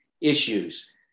issues